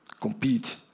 compete